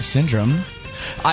Syndrome